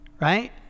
Right